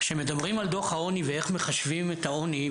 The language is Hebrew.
כשמדברים על דו"ח העוני ועל איך מחשבים את העוני,